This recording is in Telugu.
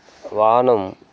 వాహనం